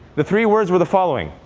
the three words were the following.